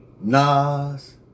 Nas